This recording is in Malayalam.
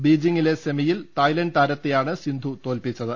ബീജിംഗിലെ സെമിയിൽ തായ്ലന്റ് താരത്തെയാണ് സിന്ധു തോൽപ്പിച്ചത്